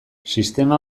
sistema